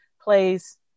plays